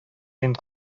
көн